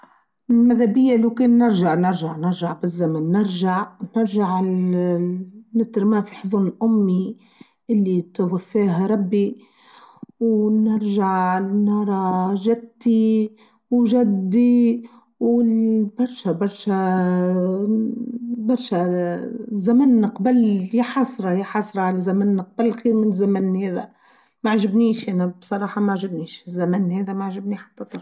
ماذا بيا لو كان نرجع نرجه نرجه بالزمن نرجع نرجع لنترمى في حظن أمي إلي توفاها ربي و نرجع نرى جدتي و جدي و برشا برشا اااا الزمن قبال يا حسره يا حسره على زمان قبل كا من الزمن هاذا ماعجبنيش أنا بصراحه ماعجبنيش الزمن هاذا ما عجبنيش حتى طرف.